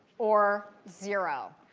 or zero.